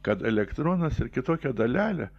kad elektronas ir kitokia dalelė